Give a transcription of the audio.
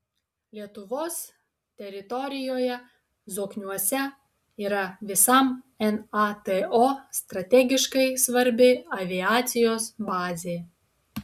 lietuvos teritorijoje zokniuose yra visam nato strategiškai svarbi aviacijos bazė